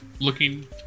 looking